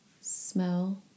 Smell